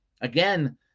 Again